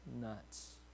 nuts